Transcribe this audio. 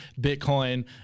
Bitcoin